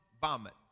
vomit